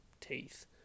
teeth